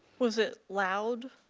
was it loud?